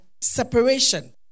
separation